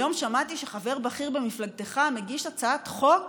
היום שמעתי שחבר בכיר במפלגתך מגיש הצעת חוק